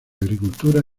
agricultura